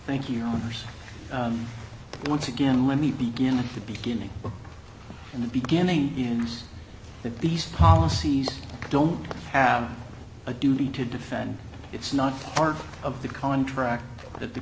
thank you hers once again let me begin at the beginning in the beginning in that these policies don't have a duty to defend it's not part of the contract th